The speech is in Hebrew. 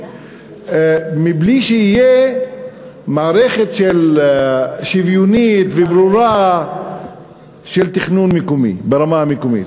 מבלי שתהיה מערכת שוויונית וברורה של תכנון ברמה המקומית,